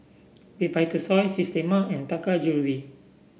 Vitasoy Systema and Taka Jewelry